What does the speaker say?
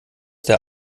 der